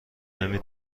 نمی